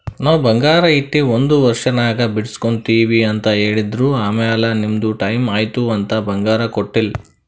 ನಾವ್ ಬಂಗಾರ ಇಟ್ಟಿ ಒಂದ್ ವರ್ಷನಾಗ್ ಬಿಡುಸ್ಗೊತ್ತಿವ್ ಅಂತ್ ಹೇಳಿದ್ರ್ ಆಮ್ಯಾಲ ನಿಮ್ದು ಟೈಮ್ ಐಯ್ತ್ ಅಂತ್ ಬಂಗಾರ ಕೊಟ್ಟೀಲ್ಲ್